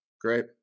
Great